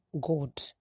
God